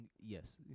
Yes